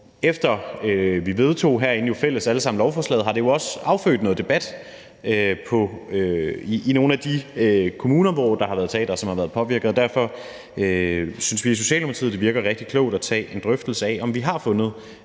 Efter vi alle sammen herinde vedtog lovforslaget, har det jo også affødt noget debat i nogle af de kommuner, hvor der har været teatre, som har været påvirkede, og derfor synes vi i Socialdemokratiet, at det virker rigtig klogt at tage en drøftelse af, om vi har fundet